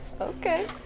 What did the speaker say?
Okay